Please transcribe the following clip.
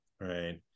right